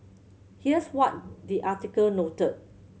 here's what the article noted